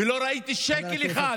ועדת הסל בעוד תוספת.